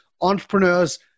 entrepreneurs